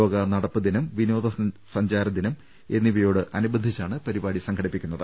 ലോക നടപ്പുദിനം വിനോദ സഞ്ചാരദിനം എന്നിവയോടനു ബന്ധിച്ചാണ് പരിപാടി സംഘടിപ്പിക്കുന്നത്